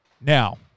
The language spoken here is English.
Now